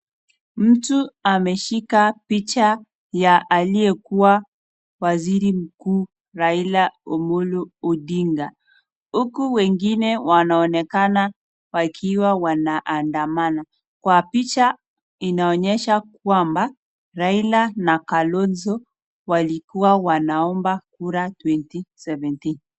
Mtu ameshika picha ya aliyekua waziri mkuu Raila Amolo Odinga, Huku wengine wanaonekana wandaandamana kwa picha inaonyesha kwamba Raila na Kalonzo walikuwa wanaomba kura 2017.